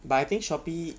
but I think shopee